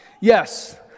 Yes